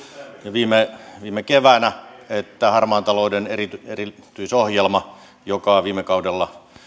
viime viime keväänä että harmaan talouden erityisohjelmaa joka on viime kaudella